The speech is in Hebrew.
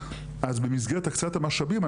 אז במסגרת הקצאת המשאבים,